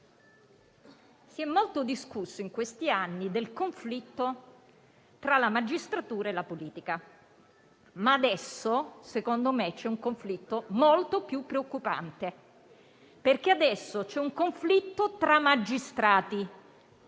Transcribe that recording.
Si è molto discusso in questi anni del conflitto tra la magistratura e la politica. Ma adesso, secondo me, c'è un conflitto molto più preoccupante, perché adesso c'è un conflitto tra magistrati.